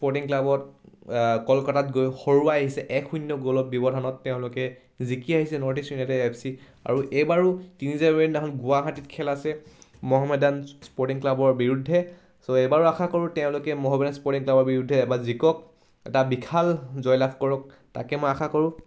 sporting ক্লাবত কলকাতাত গৈ হৰুৱাই আহিছে এক শূন্য গলৰ ব্যৱধানত তেওঁলোকে জিকি আহিছে north east united F C আৰু এইবাৰো তিনি জানুৱাৰীৰ দিনাখন গুৱাহাটীত খেল আছে মহমেদান স্পৰ্টিং ক্লাবৰ বিৰুদ্ধে চ' এইবাৰো আশা কৰোঁ তেওঁলোকে মহমেদান স্পৰ্টিং ক্লাবৰ বিৰুদ্ধে এইবাৰো জিকক এটা বিশাল জয় লাভ কৰক তাকে মই আশা কৰোঁ